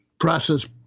Process